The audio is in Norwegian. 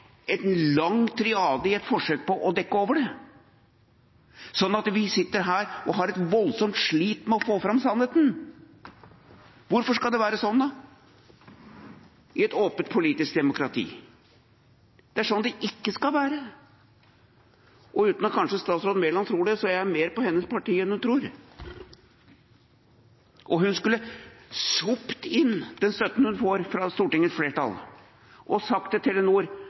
lang tirade i et forsøk på å dekke over det, slik at vi sitter her og har et voldsomt slit med å få fram sannheten. Hvorfor skal det være slik i et åpent politisk demokrati? Det er slik det ikke skal være. Og uten at kanskje statsråd Mæland tror det, er jeg mer på hennes parti enn hun tror. Hun skulle sopt inn den støtten hun får fra Stortingets flertall, og sagt til Telenor